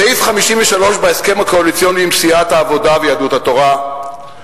סעיף 53 להסכם הקואליציוני עם סיעת יהדות התורה,